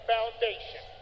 Foundation